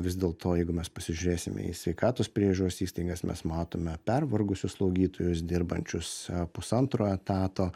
vis dėlto jeigu mes pasižiūrėsime į sveikatos priežiūros įstaigas mes matome pervargusius slaugytojus dirbančius pusantro etato